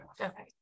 okay